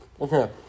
Okay